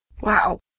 Wow